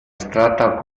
strata